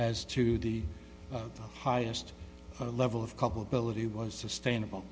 as to the highest level of culpability was sustainable